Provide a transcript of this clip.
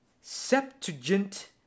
Septuagint